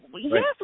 Yes